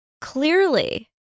Clearly